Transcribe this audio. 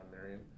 Marion